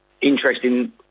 interesting